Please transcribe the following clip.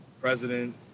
president